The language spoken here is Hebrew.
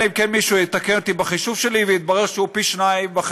אלא אם כן מישהו יתקן אותי בחישוב שלי ויתברר שהוא פי 2.5,